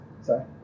sorry